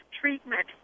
treatment